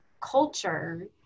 culture